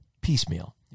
piecemeal